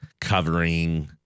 covering